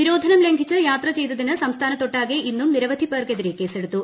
നിരോധ്യൻ ലംഘിച്ചു യാത്ര ചെയ്തതിന് സംസ്ഥാനത്തൊട്ടാകെ പ്രാഹ്ഇന്നും നിരവധി പേർക്കെതിരെ കേസെടുത്തു